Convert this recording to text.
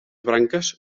branques